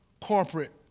corporate